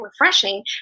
refreshing